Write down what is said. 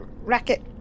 Racket